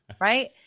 Right